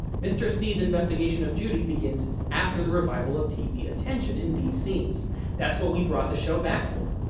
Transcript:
mr. c's investigation of judy begins after the revival of tv attention in these scenes that's what we brought the show back for.